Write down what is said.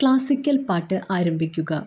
classical പാട്ട് ആരംഭിക്കുക